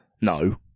no